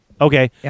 Okay